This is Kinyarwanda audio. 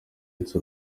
uretse